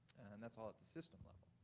that's all at the system level.